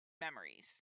memories